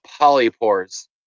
polypores